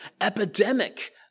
epidemic